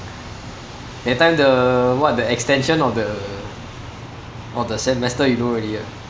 that time the what the extension of the of the semester you know already right